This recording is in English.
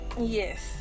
Yes